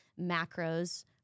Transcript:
macros